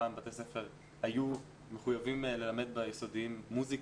פעם בתי ספר היו מחויבים ללמד ביסודיים מוסיקה,